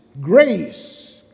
grace